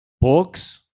books